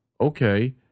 Okay